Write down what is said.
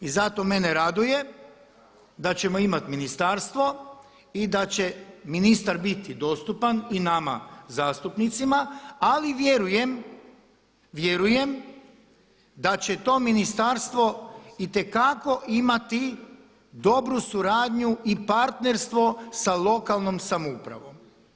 I zato mene raduje da ćemo imati ministarstvo i da će ministar biti dostupan i nama zastupnicima ali vjerujem, vjerujem da će to ministarstvo itekako imati dobru suradnju i partnerstvo sa lokalnom samoupravom.